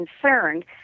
concerned